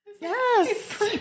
yes